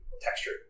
texture